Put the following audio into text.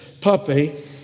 puppy